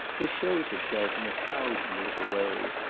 this shows itself in a thousand little ways,